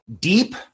Deep